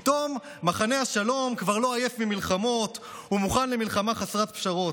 פתאום מחנה השלום כבר לא עייף ממלחמות ומוכן למלחמה חסרת פשרות,